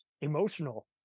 emotional